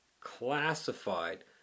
classified